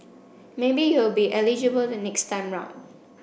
maybe you will be eligible the next time round